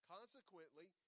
Consequently